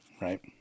right